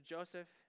Joseph